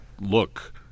look